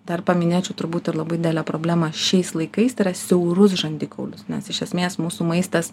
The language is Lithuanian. dar paminėčiau turbūt ir labai didelę problemą šiais laikais tai yra siaurus žandikaulius nes iš esmės mūsų maistas